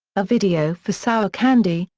a video for sour candy,